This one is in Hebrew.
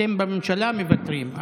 אתם בממשלה מוותרים.